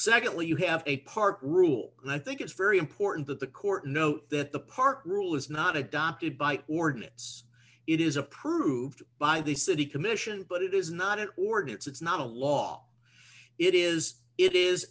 secondly you have a park rule and i think it's very important that the court note that the park rule is not adopted by ordinance it is approved by the city commission but it is not an order it's not a law it is it is